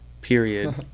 period